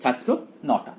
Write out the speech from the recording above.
ছাত্র 9 টা